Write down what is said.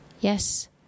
Yes